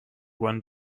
one